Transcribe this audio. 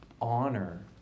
honor